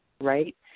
right